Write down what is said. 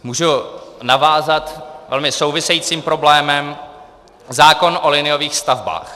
Můžu navázat velmi souvisejícím problémem: zákon o liniových stavbách.